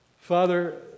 Father